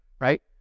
right